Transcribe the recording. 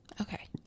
Okay